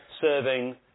serving